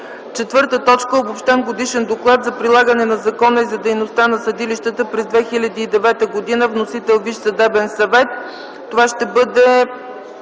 Четвърта точка – Обобщен годишен доклад за прилагането на закона и за дейността на съдилищата през 2009 г. Вносител е Висшият съдебен съвет.